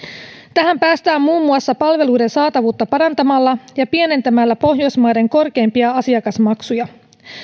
tähän päästään muun muassa palveluiden saatavuutta parantamalla ja pienentämällä pohjoismaiden korkeimpia asiakasmaksuja